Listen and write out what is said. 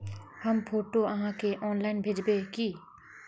हम फोटो आहाँ के ऑनलाइन भेजबे की?